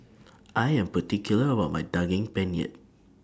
I Am particular about My Daging Penyet